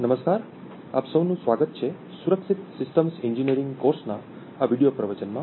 નમસ્કાર આપ સૌનું સ્વાગત છે સુરક્ષિત સિસ્ટમ્સ એન્જિનિયરિંગ કોર્સના આ વિડિઓ પ્રવચનમાં